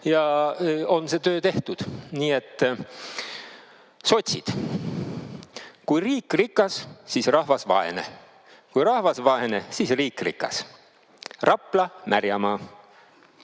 ja on see töö tehtud. Nii et sotsid, "Kui riik rikas, siis rahvas vaene, kui rahvas vaene, siis riik rikas." Rapla,